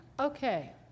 okay